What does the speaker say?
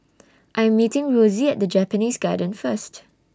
I Am meeting Rosie At Japanese Garden First